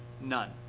None